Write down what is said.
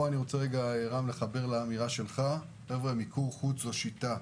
אני רוצה להתחבר פה לאמירה של היושב-ראש מיקור חוץ זו שיטה.